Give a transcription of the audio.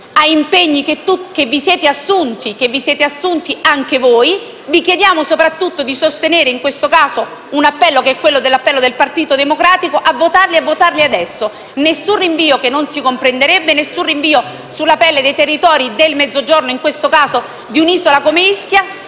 a impegni che avete assunto anche voi. Vi chiediamo soprattutto di sostenere in questo caso l'appello del Partito Democratico a votarli e a farlo adesso. Nessun rinvio, che non si comprenderebbe, e nessun rinvio sulla pelle dei territori del Mezzogiorno, e in questo caso di un'isola come Ischia,